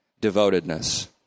devotedness